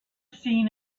seen